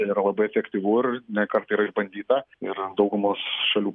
tai yra labai efektyvu ir ne kartą yra išbandyta ir daugumos šalių